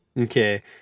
Okay